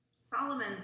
Solomon